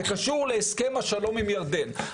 זה קשור להסכם השלום עם ירדן.